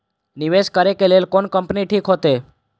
निवेश करे के लेल कोन कंपनी ठीक होते?